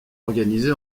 organisée